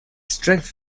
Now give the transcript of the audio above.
strength